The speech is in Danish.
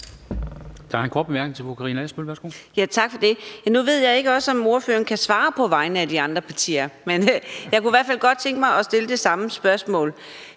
Jeg ved ikke, om ordføreren også kan svare på vegne af de andre partier, men jeg kunne i hvert fald godt tænke mig at stille det samme spørgsmål.